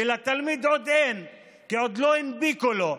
ולתלמיד עוד אין כי עוד לא הנפיקו לו.